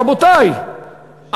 רבותי,